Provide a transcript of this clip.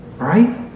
Right